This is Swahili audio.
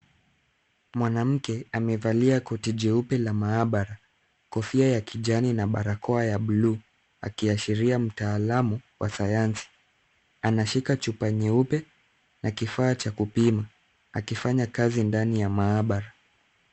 Mwanamke amevalia koti jeupe la maabara, kofia ya kijani na barakoa ya bluu akiashiria mtaalamu wa sayansi. Ameshika chupa nyeupe na kifaa cha kupima. Anafanya kazi ndani ya maabara.